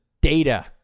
data